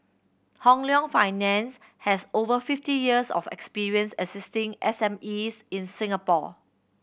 Hong Leong Finance has over fifty years of experience assisting S M Es in Singapore